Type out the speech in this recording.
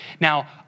now